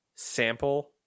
Sample